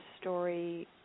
story